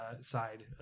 side